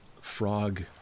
frog